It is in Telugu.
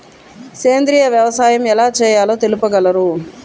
సేంద్రీయ వ్యవసాయం ఎలా చేయాలో తెలుపగలరు?